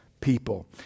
people